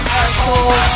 asshole